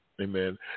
Amen